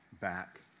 back